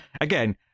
again